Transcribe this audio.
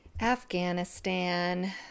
Afghanistan